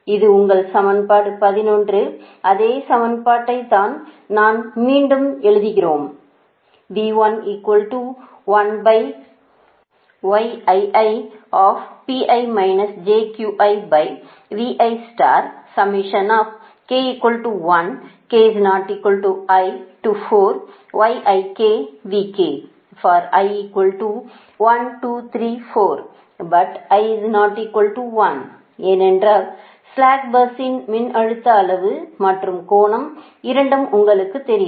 இது உங்கள் சமன்பாடு 11 அதே சமன்பாட்டை தான் நாம் மீண்டும் எழுதுகிறோம் ஏனென்றால் ஸ்ளாக் பஸ்ஸின் மின்னழுத்த அளவு மற்றும் கோணம் இரண்டும் உங்களுக்குத் தெரியும்